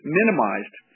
minimized